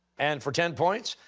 and for ten points,